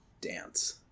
dance